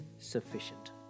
sufficient